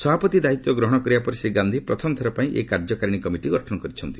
ସଭାପତି ଦାୟିତ୍ୱ ଗ୍ରହଣ କରିବା ପରେ ଶ୍ରୀ ଗାନ୍ଧି ପ୍ରଥମ ଥର ପାଇଁ ଏହି କାର୍ଯ୍ୟକାରିଣୀ କମିଟି ଗଠନ କରିଛନ୍ତି